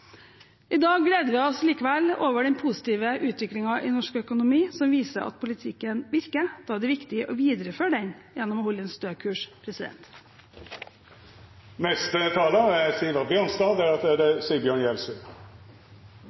I dag gleder vi oss likevel over den positive utviklingen i norsk økonomi, som viser at politikken virker. Da er det viktig å videreføre den gjennom å holde en stø kurs. Norsk økonomi går godt. Vi er blant de aller mest privilegerte politikerne i hele verden. Det